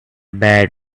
bad